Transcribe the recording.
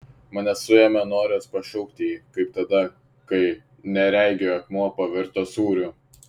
mane suėmė noras pašaukti jį kaip tada kai neregiui akmuo pavirto sūriu